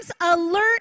alert